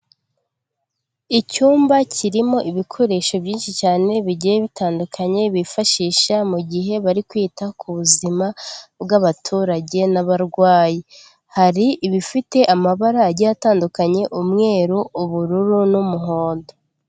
Icyumba kirimo ibikoresho byinshi cyane bigiye bitandukanye bifashisha mu gihe bari kwita ku buzima bw'abaturage n'abarwayi, hari ibifite amabara agiye atandukanye umweru ,ubururu n'umuhondo.